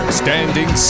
standing